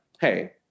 Hey